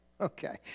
Okay